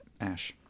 Ash